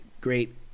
great